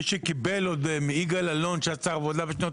מי שקיבל עוד מיגאל אלון שהיה שר העבודה בשנות